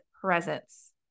presence